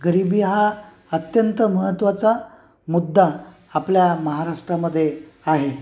गरिबी हा अत्यंत महत्त्वाचा मुद्दा आपल्या महाराष्ट्रामध्ये आहे